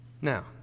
Now